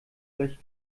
gleich